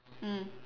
mm